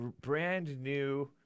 brand-new